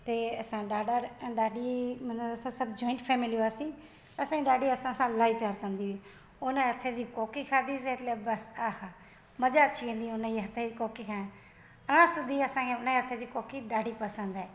त हे असां ॾाॾा ॾाॾी मना असां सभु जोइंड फैमिली हुआसीं असांजी ॾाॾी असां सां अलाई प्यारु कंदी हुई उन जे हथ जी कोकी खाधी से एतिरो बसि आहा मज़ा अची वेंदी उन ई हथ जी कोकी खाइणु अञा सुधी असांजी उन जे हथ जी कोकी ॾाढी पसंदि आहे